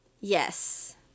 Yes